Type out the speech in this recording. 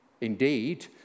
Indeed